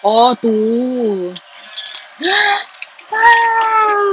oh tu !wow!